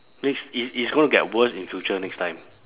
this is is going to get worse in future next time